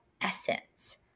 essence